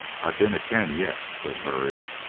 i dinna ken yet, said burridge.